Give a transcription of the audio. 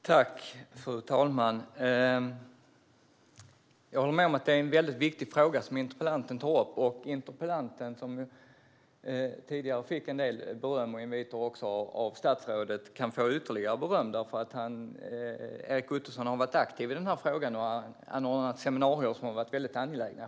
Fru talman! Jag håller med om att det är en väldigt viktig fråga som interpellanten tar upp. Interpellanten, som tidigare fick en del beröm och inviter från statsrådet, kan få ytterligare beröm. Erik Ottoson har varit aktiv i denna fråga och anordnat seminarier som varit väldigt angelägna.